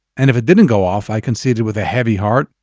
and if it didn't go off, i conceded with a heavy heart,